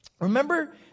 Remember